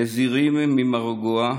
נזירים ממרגוע,